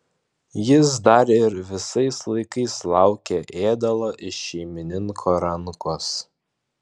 jis dar ir visais laikais laukė ėdalo iš šeimininko rankos